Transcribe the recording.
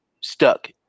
stuck